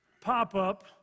pop-up